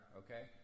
okay